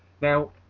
Now